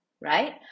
right